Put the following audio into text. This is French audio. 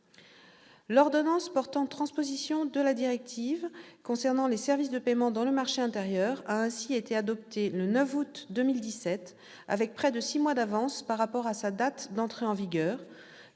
européen et du Conseil du 25 novembre 2015 concernant les services de paiement dans le marché intérieur a ainsi été adoptée le 9 août 2017, avec près de six mois d'avance par rapport à sa date d'entrée en vigueur,